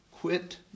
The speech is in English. quit